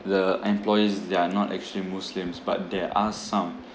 the employees they are not actually muslims but there are some